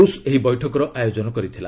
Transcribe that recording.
ରୂଷ୍ ଏହି ବୈଠକର ଆୟୋକନ କରିଥିଲା